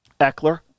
Eckler